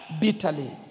bitterly